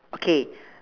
okay